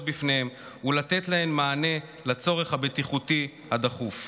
בפניהן ולתת להן מענה על הצורך הבטיחותי הדחוף.